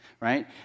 right